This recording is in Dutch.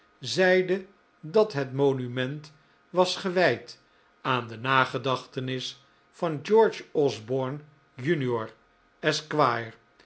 zeide dat het monument was gewijd aan de nagedachtenis van george osborne jr